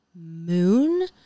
moon